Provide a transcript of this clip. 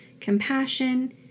compassion